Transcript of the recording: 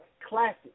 classic